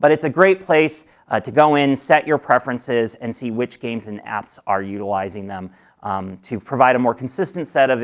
but it's a great place to go in and set your preferences and see which games and apps are utilizing them to provide a more consistent set of